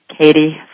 Katie